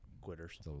Quitters